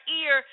ear